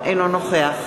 אינו נוכח